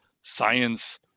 science